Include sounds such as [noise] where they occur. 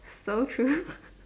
so true [laughs]